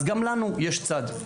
גם לנו יש צד.